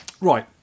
Right